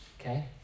okay